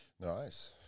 Nice